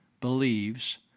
believes